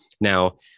now